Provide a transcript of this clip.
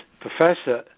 professor